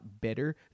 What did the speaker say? better